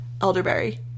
Elderberry